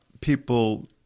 people